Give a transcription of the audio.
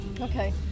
Okay